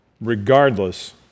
regardless